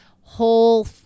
whole